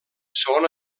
són